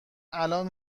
الان